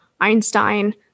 Einstein